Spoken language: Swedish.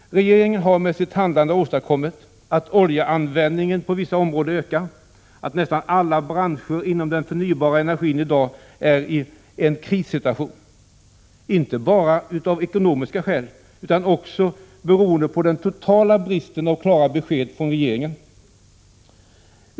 Regeringen har med sitt handlande åstadkommit att oljeanvändningen på vissa områden ökar, och nästan alla branscher inom den förnybara energin i dag är i en krissituation, inte bara av ekonomiska skäl, utan också beroende på den totala bristen på klara besked från regeringen.